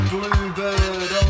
bluebird